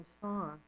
song